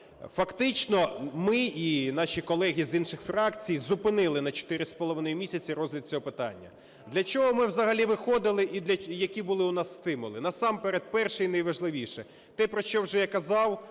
Фактично ми і наші колеги з інших фракцій зупинили на 4,5 місяці розгляд цього питання. Для чого ми взагалі виходили і які були у нас стимули? Насамперед перше і найважливіше те, про що вже я казав,